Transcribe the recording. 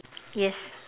yes